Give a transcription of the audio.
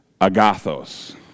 agathos